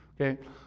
Okay